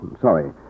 Sorry